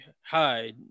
hi